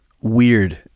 weird